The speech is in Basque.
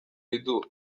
ditu